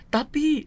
Tapi